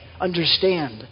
understand